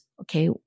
okay